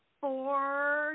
four